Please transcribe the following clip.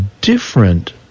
different